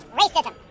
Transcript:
racism